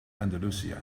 andalusia